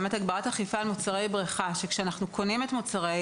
וקבוצת סיכון נוספת זה מי שנמצא ברמה סוציו-אקונומית נמוכה,